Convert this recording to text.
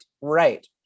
right